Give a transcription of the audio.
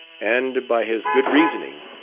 and, by his good reasoning,